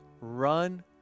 Run